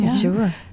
sure